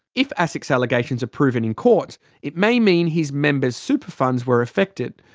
if asic's allegations are proven in court it may mean his members' super funds were affected,